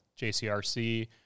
JCRC